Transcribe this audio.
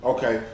Okay